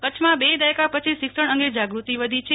કચ્છમાં બે દાથકા પછી શિક્ષણ અંગે જાગૃતિ વધી છે